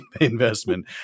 investment